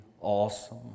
awesome